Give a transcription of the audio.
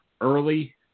early